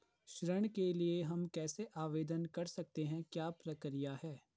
ऋण के लिए हम कैसे आवेदन कर सकते हैं क्या प्रक्रिया है?